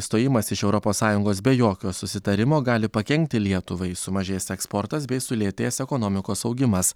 išstojimas iš europos sąjungos be jokio susitarimo gali pakenkti lietuvai sumažės eksportas bei sulėtės ekonomikos augimas